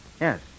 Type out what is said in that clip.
Yes